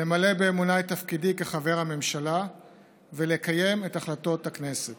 למלא באמונה את תפקידי כחבר הממשלה ולקיים את החלטות הכנסת.